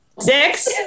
Six